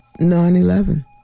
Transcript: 9-11